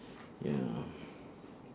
ya lor